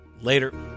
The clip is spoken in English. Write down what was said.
Later